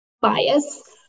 bias